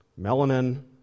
melanin